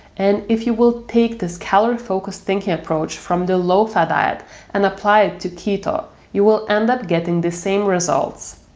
and if you will take this calorie focused thinking approach from the low-fat diet and apply it to keto, you will end up getting the same results.